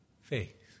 faith